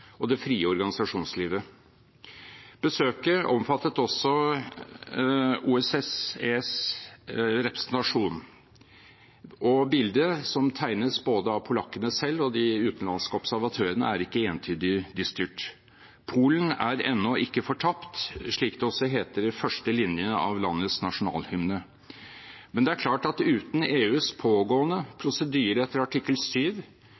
og det frie organisasjonslivet. Besøket omfattet også OSSEs representasjon, og bildet som tegnes både av polakkene selv og de utenlandske observatørene, er ikke entydig dystert: Polen er ennå ikke fortapt, slik det også heter i første linje av landets nasjonalhymne. Men det er klart at uten EUs pågående prosedyre etter artikkel